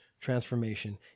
transformation